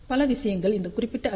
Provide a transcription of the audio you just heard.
பல விஷயங்கள் இந்த குறிப்பிட்ட ஐ